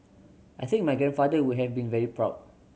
I think my grandfather would have been very proud